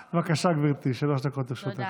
בבקשה, גברתי, שלוש דקות לרשותך.